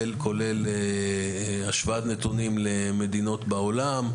כולל השוואת נתונים למדינות בעולם,